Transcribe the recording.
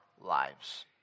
lives